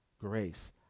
grace